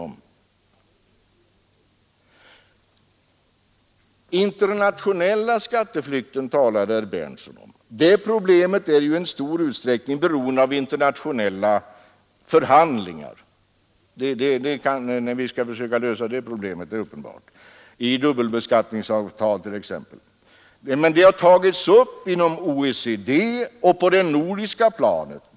Den internationella skatteflykten talade herr Berndtson i Linköping om. Det är uppenbart att lösningen av det problemet i stor utsträckning är beroende av internationella förhandlingar — dubbelbeskattningsavtal t.ex. — men frågan har också tagits upp inom OECD och på det nordiska planet.